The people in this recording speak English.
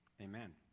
Amen